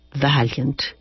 valiant